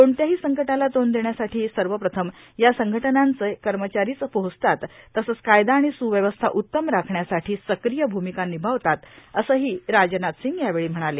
कोणत्याही संकटाला तोंड देण्यासाठी सर्वप्रथम या संघटनांचे कर्मचारीच पोहोचताच तसंच कायदा आणि स्व्यवस्था उत्तम राखण्यासाठी सक्रीय भ्मिका निभावतात असंही राजनाथ सिंग यावेळी म्हणाले